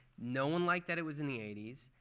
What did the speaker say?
no one liked that it was in the eighty s.